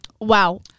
wow